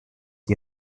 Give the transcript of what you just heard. die